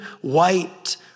white